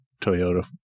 Toyota